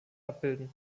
abbilden